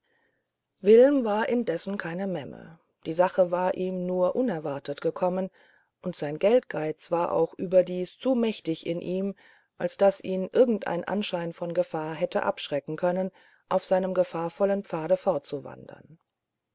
wilm war indessen keine memme die sache war ihm nur unerwartet gekommen und sein geldgeiz war auch überdies zu mächtig in ihm als daß ihn irgendein anschein von gefahr hätte abschrecken können auf seinem gefahrvollen pfade